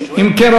אם כן,